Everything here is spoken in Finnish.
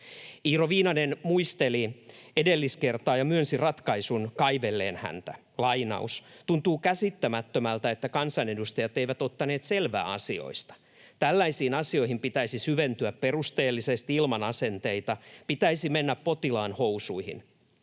Iiro Viinanen muisteli edelliskertaa ja myönsi ratkaisun kaivelleen häntä: ”Tuntuu käsittämättömältä, että kansanedustajat eivät ottaneet selvää asioista. Tällaisiin asioihin pitäisi syventyä perusteellisesti, ilman asenteita. Pitäisi mennä potilaan housuihin.